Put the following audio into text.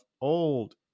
old